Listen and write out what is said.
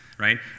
right